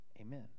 Amen